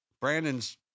Brandon's